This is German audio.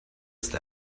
ist